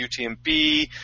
UTMB